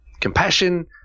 Compassion